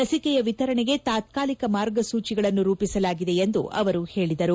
ಲಸಿಕೆಯ ವಿತರಣೆಗೆ ತಾತ್ನಾಲಿಕ ಮಾರ್ಗಸೂಚಿಗಳನ್ನು ರೂಪಿಸಲಾಗಿದೆ ಎಂದು ಹೇಳಿದರು